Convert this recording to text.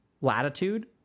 latitude